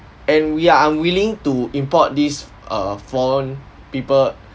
and we are unwilling to import these err foreign people